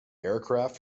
aircraft